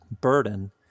burden